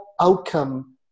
outcome